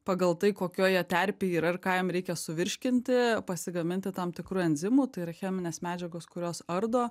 pagal tai kokioj jie terpėj yra ir ką jiem reikia suvirškinti pasigaminti tam tikrų enzimų tai yra chemines medžiagas kurios ardo